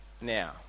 now